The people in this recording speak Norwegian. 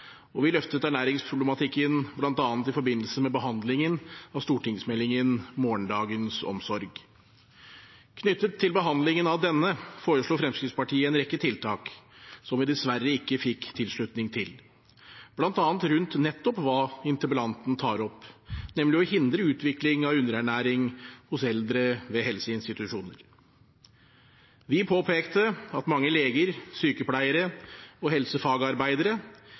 og vi løftet ernæringsproblematikken bl.a. i forbindelse med behandlingen av stortingsmeldingen Morgendagens omsorg. Knyttet til behandlingen av denne foreslo Fremskrittspartiet en rekke tiltak som vi dessverre ikke fikk tilslutning til – bl.a. rundt nettopp det interpellanten tar opp, nemlig å hindre utvikling av underernæring hos eldre ved helseinstitusjoner. Vi påpekte at mange leger, sykepleiere og helsefagarbeidere